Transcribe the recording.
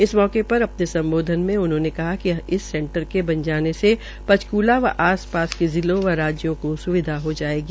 इस अवसर अपने सम्बोध उन्होंने कहा कि इस सेंटर के बनने से पंचक्ला व आस पास के जिलों व राज्यों के स्विधा हो जायेगी